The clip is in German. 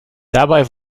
dabei